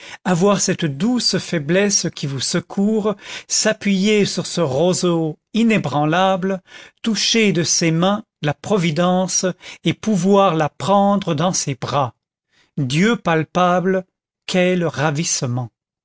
avoir cette douce faiblesse qui vous secourt s'appuyer sur ce roseau inébranlable toucher de ses mains la providence et pouvoir la prendre dans ses bras dieu palpable quel ravissement